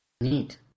Neat